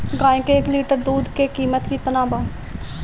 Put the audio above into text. गाए के एक लीटर दूध के कीमत केतना बा?